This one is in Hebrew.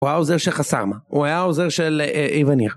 הוא היה עוזר של חסם מה, הוא היה עוזר של איווניר